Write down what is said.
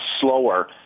slower